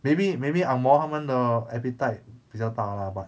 maybe maybe ang moh 他们的 appetite 比较大 lah but